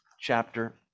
chapter